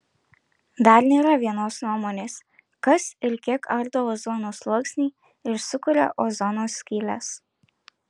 dar nėra vienos nuomonės kas ir kiek ardo ozono sluoksnį ir sukuria ozono skyles